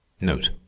Note